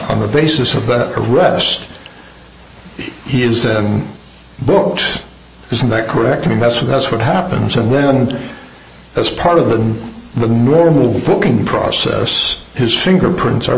on the basis of that arrest he is and booked isn't that correct i mean that's that's what happens and then as part of the the normal booking process his fingerprints are